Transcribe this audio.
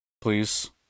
please